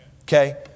Okay